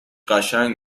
قشنگ